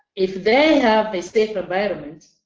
if they have a safe environment,